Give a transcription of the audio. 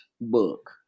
book